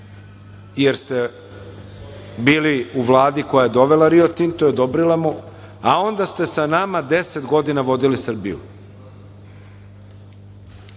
jer ste bili u Vladi koja je dovela Rio Tinto i odobrila mu, a onda ste sa nama deset godina vodili Srbiju.